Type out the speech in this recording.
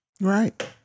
Right